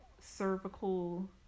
cervical